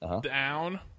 down